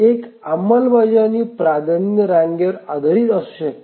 एक अंमलबजावणी प्राधान्य रांगेवर आधारित असू शकते